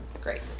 great